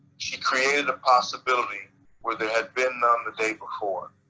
she created a possibility where there had been on the day before.